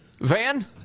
Van